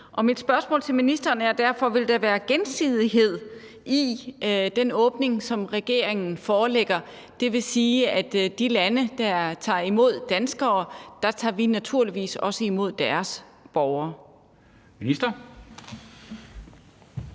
Mit spørgsmål til ministeren er derfor, om der vil være gensidighed i den åbning, som regeringen forelægger? Altså, det vil sige, at i forhold til de lande, der tager imod danskere, tager vi naturligvis også imod deres borgere? Kl.